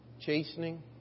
chastening